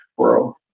world